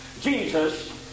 Jesus